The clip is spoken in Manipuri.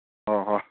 ꯑꯣ ꯍꯣꯏ